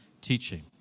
teaching